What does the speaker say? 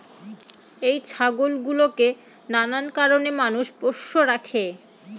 এই ছাগল গুলোকে নানান কারণে মানুষ পোষ্য রাখে